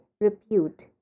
repute